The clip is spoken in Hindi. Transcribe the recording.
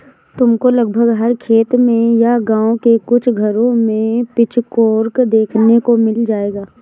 तुमको लगभग हर खेत में या गाँव के कुछ घरों में पिचफोर्क देखने को मिल जाएगा